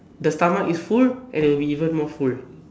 the stomach is full and it'll be even more full